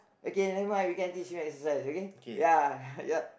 okay never mind we can teach him exercise okay ya yup